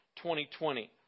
2020